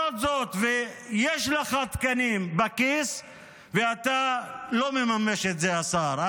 יש לך תקנים בכיס, ואתה לא מממש את זה, השר.